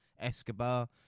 Escobar